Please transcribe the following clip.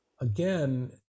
again